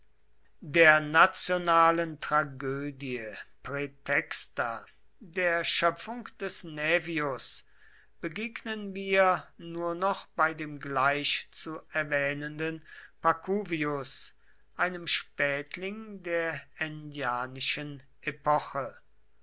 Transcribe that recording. der nationalen tragödie praetexta der schöpfung des naevius begegnen wir nur noch bei dem gleich zu erwähnenden pacuvius einem spätling der ennianischen epoche